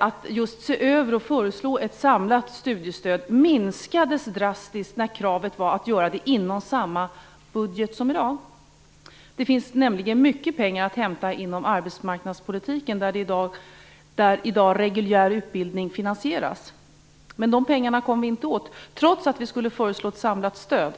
att just se över och föreslå ett samlat studiestöd minskades drastiskt när kravet var att göra det inom samma budget som i dag. Det finns nämligen mycket pengar att hämta inom arbetsmarknadspolitiken, där i dag reguljär utbildning finansieras. Men de pengarna kommer vi inte åt, trots att vi skulle vilja föreslå ett samlat stöd.